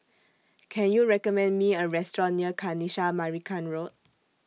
Can YOU recommend Me A Restaurant near Kanisha Marican Road